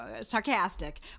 sarcastic